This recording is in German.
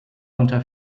unter